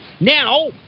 Now